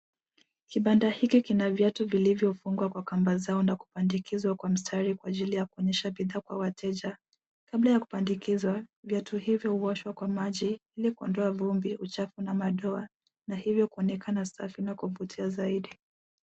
Kibanda hiki Kina viatu vilivyofungwa kwa kamba zao na kupandikizwa kwa mstari kwa ajili ya kuonyesha bidhaa kwa wateja, kabla ya kupandikizwa viatu hivyo uoshwa kwa maji ili kuondoa vumbi, uchafu na madoa na hivyo kuonekana safi na kuvutia zaidi.